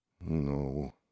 No